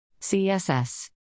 CSS